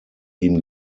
ihm